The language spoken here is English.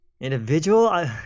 Individual